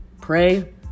pray